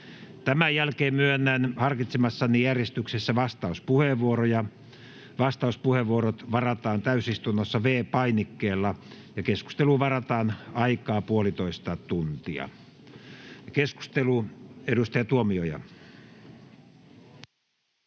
Tämän jälkeen myönnän harkitsemassani järjestyksessä vastauspuheenvuoroja. Vastauspuheenvuorot varataan täysistunnossa V-painikkeella. Keskusteluun varataan aikaa puolitoista tuntia. — Keskustelu, edustaja Tuomioja.